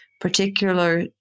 particular